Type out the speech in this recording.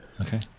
Okay